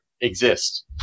exist